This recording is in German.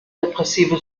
depressive